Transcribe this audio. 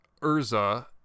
Urza